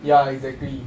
ya exactly